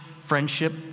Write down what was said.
friendship